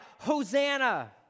Hosanna